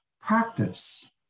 practice